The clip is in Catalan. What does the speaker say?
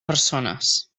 persones